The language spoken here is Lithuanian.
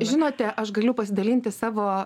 žinote aš galiu pasidalinti savo